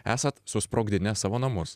esat susprogdinęs savo namus